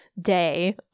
day